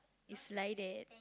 is like that